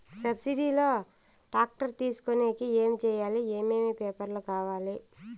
Subsidy లో tractor తీసుకొనేకి ఏమి చేయాలి? ఏమేమి పేపర్లు కావాలి?